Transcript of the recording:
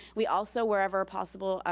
we also, wherever possible,